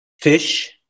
Fish